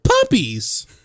puppies